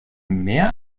mehr